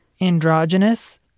Androgynous